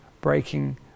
breaking